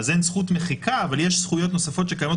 אז אין זכות מחיקה אבל יש זכויות נוספות שקיימות